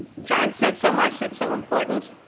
jon said so much that's so important.